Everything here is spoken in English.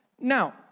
Now